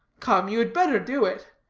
come, you had better do it.